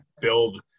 build